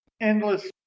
endless